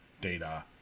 data